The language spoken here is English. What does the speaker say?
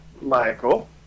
Michael